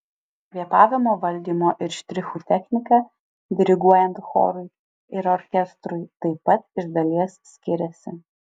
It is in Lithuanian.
kvėpavimo valdymo ir štrichų technika diriguojant chorui ir orkestrui taip pat iš dalies skiriasi